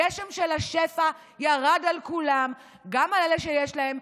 הגשם של השפע ירד על כולם, גם על אלה שיש להם,